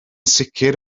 sicr